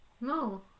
No